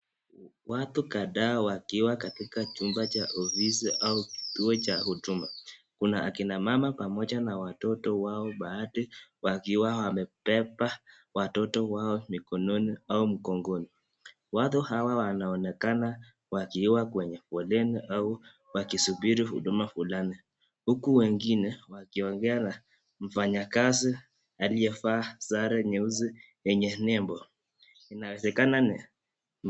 Watu kadhaa wakiwa katika chumba cha ofisi au kituo cha huduma kuna akina mama pamoja na watoto wao baadhi wakiwa wamebeba watoto wao mikononi au mgongoni. Watu hawa wanaonekana wakiwa kwenye foleni au wakisubiri huduma fulani, huku wengine wakiongea na mfanyakazi aliyevaa sare nyeusi yenye nembo ,inawezekana ni......